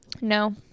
No